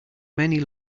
many